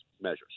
measures